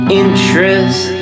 interest